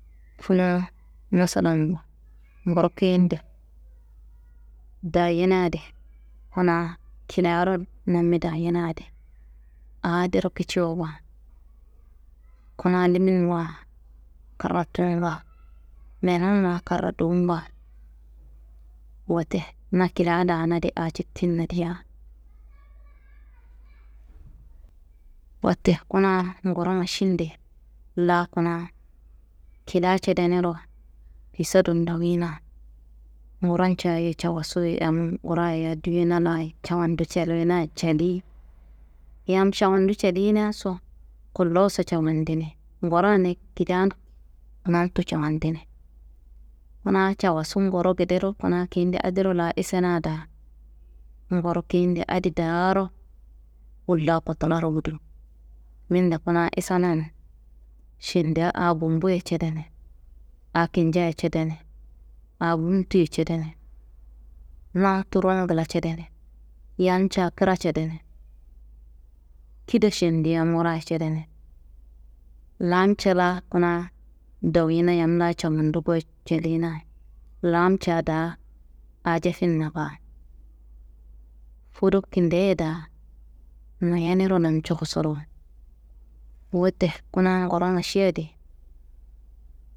Kuna masalambo nguro keyende dayenadi kuna kilaro name dayenadi aa adiro kiciwo baa, kuna liminwa karratu n baa, menunwa karratu n baa. Wote na kilia daana di aa cittinna diya. Wote kuna nguro mašinde laa kuna kilia cedeniro fisadun doyina nguroncaye casu yam nguroya duyena laayi cawandu celinayi celiyi, yam cawandu celinaso kulloso cawandini nguroni kilian nantu cawandini. Kuna cawasu nguro gedero kuna keyende adiro laa isena daa nguro keyende adi daaro wolla kotularo gudo, minde kuna isenan šendia aa gumbu ye cedeni, aa kinca ye cedeni, aa buntu ye cedeni, namturon ngla cedeni, yamca kra cedeni, kida šendi yam wurayi cedeni, laance laa kuna doyina yam la cawandu guyo celina, laanca daa aa jefinna baa, fudu kindeye daa noyeniro namco kosorowo. Wote kuna nguro maši adi.